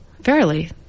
Verily